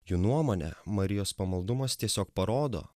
jo nuomone marijos pamaldumas tiesiog parodo